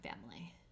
family